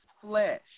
flesh